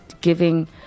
giving